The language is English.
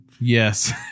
Yes